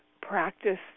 practice